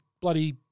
Bloody